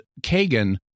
Kagan